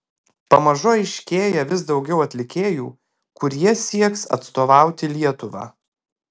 pamažu aiškėja vis daugiau atlikėjų kurie sieks atstovauti lietuvą